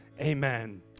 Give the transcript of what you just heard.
amen